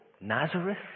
Nazareth